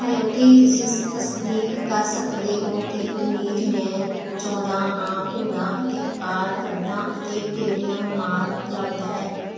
hello ਕੀ ਤੁਸੀਂ ਸ ਤਸਦੀਕ ਕਰ ਸਕਦੇ ਹੋ ਕੀ ਕਮੀਜ ਮੈਂ ਚਾਹੁੰਦਾ ਹਾਂ ਭੂਰਾ ਅਤੇ ਅਕਾਰ ਵੱਡਾ ਅਤੇ ਪੇਟੀਐੱਮ ਮਾਲ ਉਪਲੱਬਧ ਹੈ